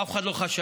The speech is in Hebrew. אף אחד לא חשב.